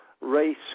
race